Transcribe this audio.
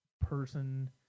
person